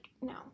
no